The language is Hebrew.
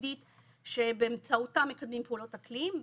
והתפקודית שבאמצעותם מקדמים פעולות אקלים,